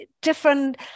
different